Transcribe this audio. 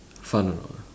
fun or not